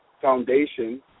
foundation